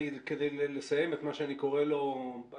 אני מתכוון לסיים את מה שאני קורא לו השטח.